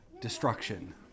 destruction